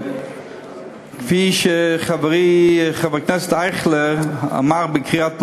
כפי שחברי חבר הכנסת אייכלר אמר בקריאת ביניים,